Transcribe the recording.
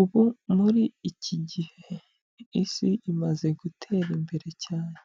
Ubu muri iki gihe isi imaze gutera imbere cyane.